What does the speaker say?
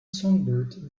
songbird